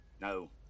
No